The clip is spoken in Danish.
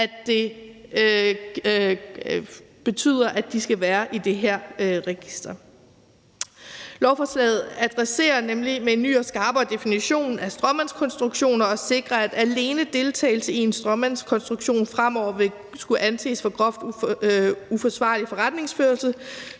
at det betyder, at de skal være i det her register. Lovforslaget adresserer og sikrer med en ny og skarpere definition af stråmandskonstruktioner nemlig, at alene deltagelse i en stråmandskonstruktion fremover skal anses for groft uforsvarlig forretningsførelse,